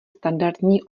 standardní